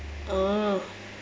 orh